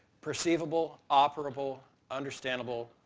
perceivable, operable, understandable,